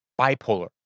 bipolar